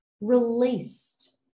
released